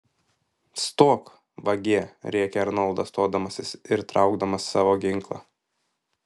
stok vagie rėkė arnoldas stodamasis ir traukdamas savo ginklą